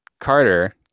Carter